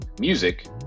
Music